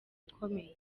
ikomeye